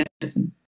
medicine